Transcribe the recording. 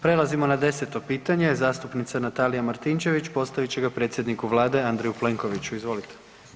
Prelazimo na 10. pitanje, zastupnica Natalija Martinčević postavit će ga predsjedniku vlade Andreju Plenkoviću, izvolite.